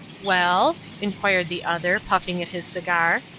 well? inquired the other, puffing at his cigar.